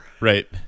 Right